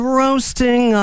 roasting